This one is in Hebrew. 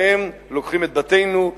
והם לוקחים את בתינו,